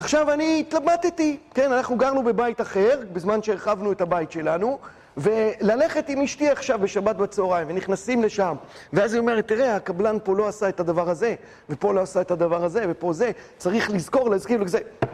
עכשיו, אני התלבטתי, כן? אנחנו גרנו בבית אחר, בזמן שהרחבנו את הבית שלנו, וללכת עם אשתי עכשיו בשבת בצהריים, ונכנסים לשם, ואז היא אומרת, תראה, הקבלן פה לא עשה את הדבר הזה, ופה לא עשה את הדבר הזה, ופה זה, צריך לזכור להזכיר וזה...